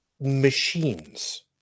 machines